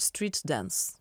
strits dents